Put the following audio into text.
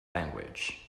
language